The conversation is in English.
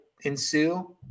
ensue